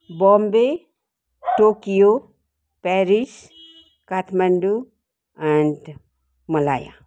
Bombay Tokyo Paris Kathmandu and Malaya